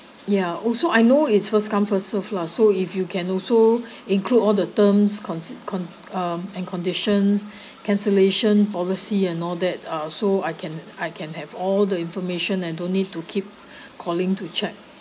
ya also I know it's first come first serve lah so if you can also include all the terms consi~ con~ um and conditions cancellation policy and all that uh so I can I can have all the information and don't need to keep calling to check